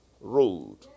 road